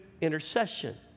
intercession